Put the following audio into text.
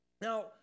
Now